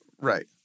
Right